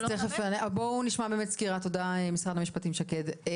תודה לשקד ממשרד המשפטים.